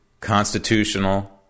constitutional